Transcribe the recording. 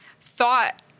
thought